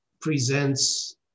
presents